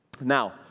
Now